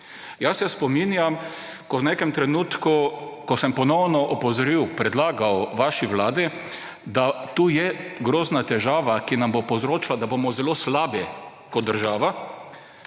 prosili. Spominjam se, ko v nekem trenutku, ko sem ponovno opozoril, predlagal vaši vladi, da to je grozna težava, ki nam bo povzročila, da bomo zelo slabi kot država,